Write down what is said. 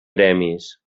premis